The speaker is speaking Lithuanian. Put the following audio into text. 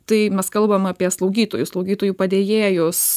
tai mes kalbam apie slaugytojus slaugytojų padėjėjus